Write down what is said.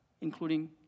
including